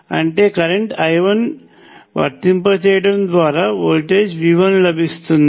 అంటే current I1 వర్తింపచేయటం ద్వారా వోల్టేజ్ V1 లభిస్తుంది